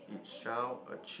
it shall achieve